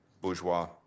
Bourgeois